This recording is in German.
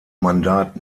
mandat